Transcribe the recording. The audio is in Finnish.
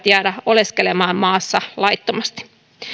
jäädä oleskelemaan maassa laittomasti